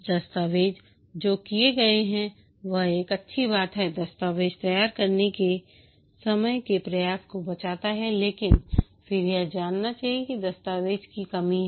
दस्तावेज़ जो किया गया है वह एक अच्छी बात है दस्तावेज़ तैयार करने के समय के प्रयास को बचाता है लेकिन फिर यह जानना चाहिए कि दस्तावेज़ की कमी है